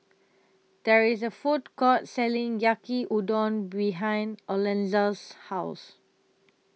There IS A Food Court Selling Yaki Udon behind Alonza's House